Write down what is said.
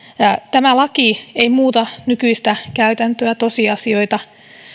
tämä laki ei muuta nykyistä käytäntöä tosiasioita